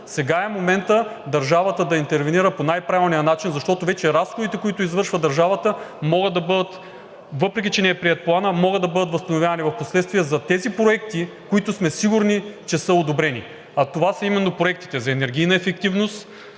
сега е моментът държавата да интервенира по най-правилния начин, защото вече разходите, които извършва държавата, въпреки че не е приет Планът, могат да бъдат възстановявани впоследствие за тези проекти, които сме сигурни, че са одобрени. А това са именно проектите за енергийна ефективност